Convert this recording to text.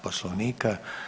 Poslovnika?